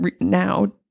now